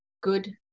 good